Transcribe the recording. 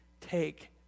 take